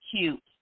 cute